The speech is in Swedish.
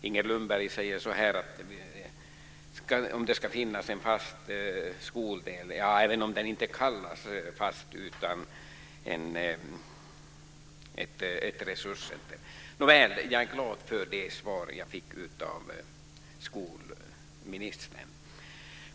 Inger Lundberg säger att det, även om det inte kallas för fast skoldel, ska finnas ett resurscenter. Nåväl, jag är glad över det svar som jag fått av skolministern.